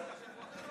רבה.